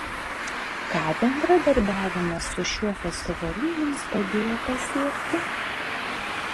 ką bendradarbiavimas su šiuo festivaliu jums padėjo pasiekti